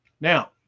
Now